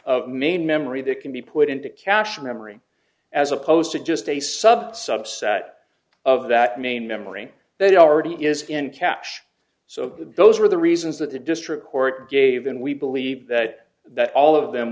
of main memory that can be put into cache memory as opposed to just a sub subset of that main memory that already is in cash so those are the reasons that the district court gave in we believe that that all of them